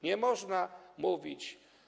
Nie można mówić.